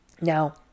Now